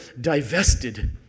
divested